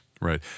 Right